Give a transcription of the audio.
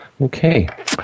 Okay